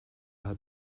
hat